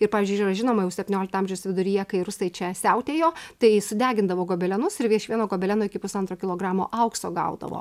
ir pavyzdžiui yra ži žinoma jau septyniolikto amžiaus viduryje kai rusai čia siautėjo tai sudegindavo gobelenus ir iš vieno gobeleno iki pusantro kilogramo aukso gaudavo